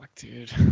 Dude